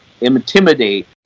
intimidate